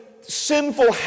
sinful